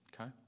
okay